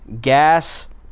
gas